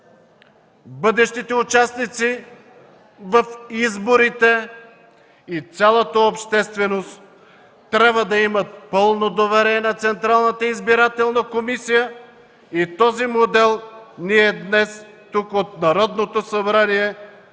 бъдещите участници в изборите и цялата общественост трябва да имат пълно доверие на Централната избирателна комисия и този модел ние днес тук от Народното събрание